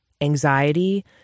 anxiety